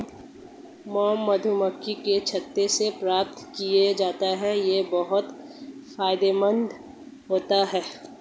mom मधुमक्खियों के छत्ते से प्राप्त किया जाता है यह बहुत फायदेमंद होता है